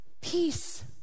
peace